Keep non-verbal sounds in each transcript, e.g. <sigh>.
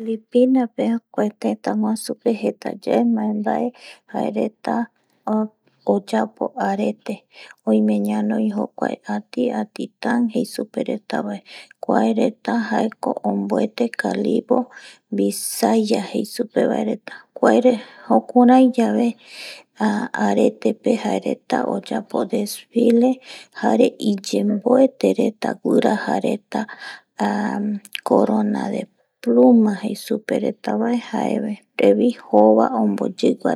Filipina pe kue tëtäguasupe jeta yaema jae reta oyapo arete oime ñanoi jokuae ati atikan jei supe retavae kuae reta jaeko omboete callisaya jei supe va reta jukurai yave arete pe oyapo desfile jare iyemboete reta guiraja reta corona de pluma jei supe reta bae jaeretavi jova omboyigua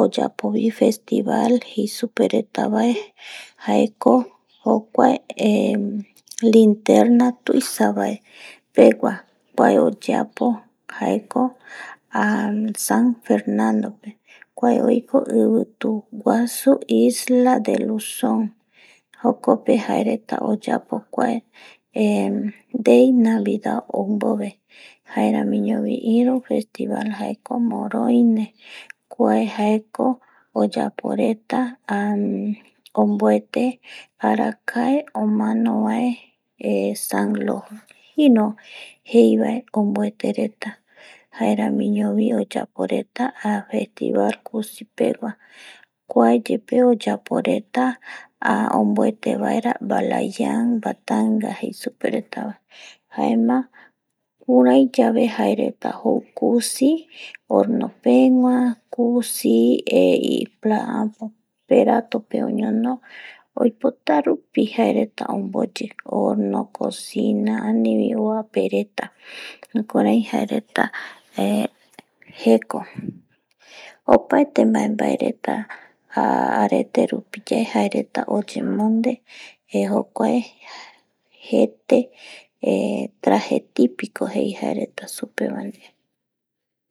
oyapovi festival jei supe retava jaeko jokuae linterna tuisaetevae pegua kue oyeapo jae ko san Fernando pe kuae oiko ivitu guasu isla jokope jae reta oyapo kuae <hesitation> dei navidad ou mbove jaeramiñovi iru festival morone kuae jaeko oyapo reta onbuete arakae omano bae san logino jeiva onbuete reta jaeramiñovi oyapo reta festival kusi pegua kuae yepe oyapo reta onbuete baera baalayan batanga jei supe reta jaema kurai yave jae rea jou kusi horno pegua ,kusi perato pe oñono oipota rupi ocosina ua pereta jukurai jae reta jeko, opetevae mbae reta arete rupi yae jae reta oyemonde jokuae jete <hesitation> traje tipico jei reta supevae pe